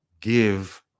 give